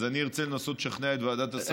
אז אני ארצה לנסות לשכנע את ועדת השרים לחקיקה,